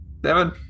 devon